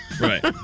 Right